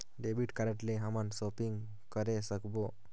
Debit card ले हमन shopping करे सकबो?